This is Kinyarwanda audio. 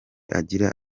agira